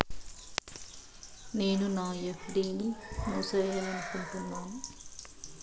నేను నా ఎఫ్.డి ని మూసేయాలనుకుంటున్నాను